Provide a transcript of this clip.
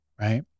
Right